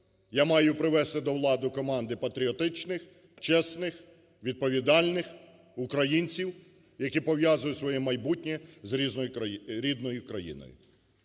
я маю привести до влади команду патріотичних, чесних, відповідальних українців, які пов'язують своє майбутнє з рідною країною.